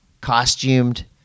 costumed